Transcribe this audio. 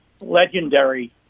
legendary